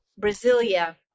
Brasilia